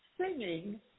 singing